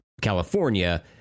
California